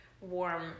warm